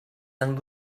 and